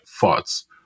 thoughts